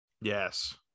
Yes